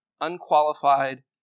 unqualified